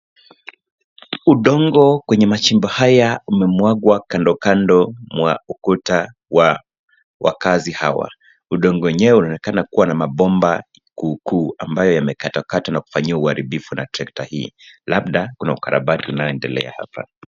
Udongo kwenye machimba haya umemwagwa kando kando wa ukuta wa wakazi hawa. Udongo wenyewe unaonekana kuwa na mabomba kuukuu ambayo yamekatwa katwa na kufanyiwa uharibifu na trekta hii labda kuna ukarabati unaoendelea hapa.